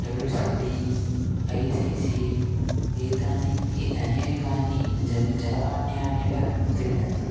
W C B I C C एतानि इ अनेकानि जन् जलवाण्यामेव क्रीडन्ति